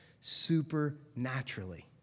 supernaturally